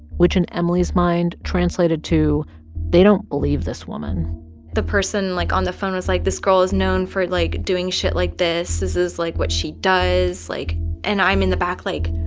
which in emily's mind translated to they don't believe this woman the person, like, on the phone was like, this girl is known for, like, doing shit like this. this is, like, what she does. like and i'm in the back like,